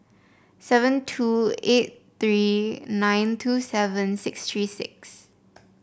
seven two eight three nine two seven six three six